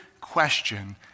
question